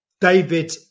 David